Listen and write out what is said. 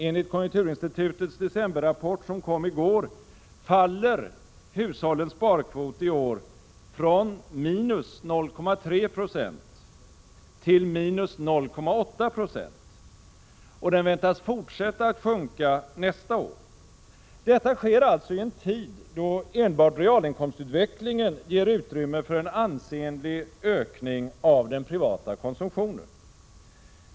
Enligt konjunkturinstitutets decemberrapport, som kom i går, faller hushållens sparkvot i år från — 0,3 22 till 0,8 26. Och den förväntas fortsätta att sjunka under nästa år. Detta sker alltså i en tid då enbart realinkomstutvecklingen ger utrymme för en ansenlig ökning av den privata konsumtionen.